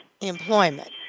employment